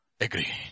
agree